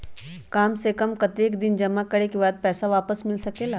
काम से कम कतेक दिन जमा करें के बाद पैसा वापस मिल सकेला?